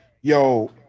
yo